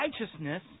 righteousness